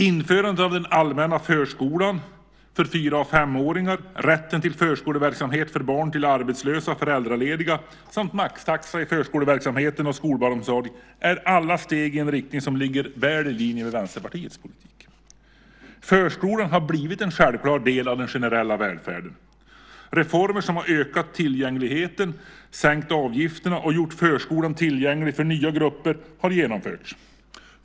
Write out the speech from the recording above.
Införandet av den allmänna förskolan för fyra och femåringar, rätten till förskoleverksamhet för barn till arbetslösa och föräldralediga samt maxtaxa i förskoleverksamhet och skolbarnomsorg är alla steg i en riktning som ligger väl i linje med Vänsterpartiets politik. Förskolan har blivit en självklar del av den generella välfärden. Reformer som har ökat tillgängligheten, sänkt avgifterna och gjort förskolan tillgänglig för nya grupper har genomförts.